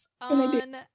on